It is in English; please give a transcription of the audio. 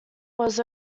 was